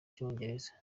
cyongereza